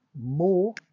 more